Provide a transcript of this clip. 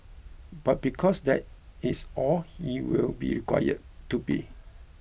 but because that its all he will be required to be